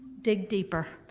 dig deeper,